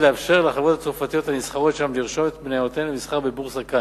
לאפשר לחברות הצרפתיות הנסחרות שם לרשום את מניותיהן למסחר בבורסה כאן,